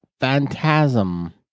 Phantasm